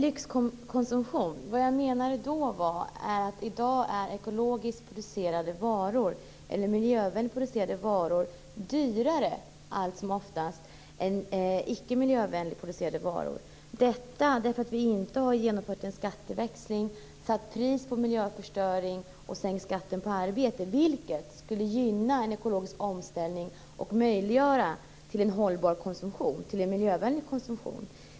Herr talman! Vad jag menade med lyxkonsumtion var att ekologiskt producerade varor eller miljövänligt producerade varor i dag allt som oftast är dyrare än icke miljövänligt producerade varor på grund av att vi inte har genomfört någon skatteväxling, att vi inte har satt pris på miljöförstöring och inte sänkt skatten på arbete, vilket skulle gynna en ekologisk omställning och möjliggöra en miljövänligt hållbar konsumtion.